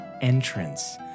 entrance